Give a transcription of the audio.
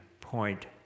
point